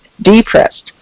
depressed